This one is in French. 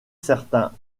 certain